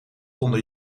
onder